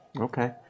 Okay